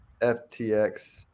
FTX